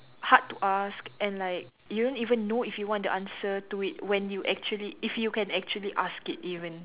hard to ask and like you won't even know if you want to answer to it when you actually if you can actually ask it even